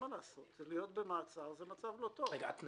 אין מה לעשות, להיות במעצר זה מצב לא טוב.